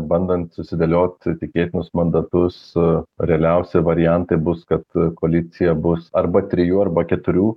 bandant susidėlioti ir tikėtinus mandatus realiausi variantai bus kad koalicija bus arba trijų arba keturių